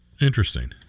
Interesting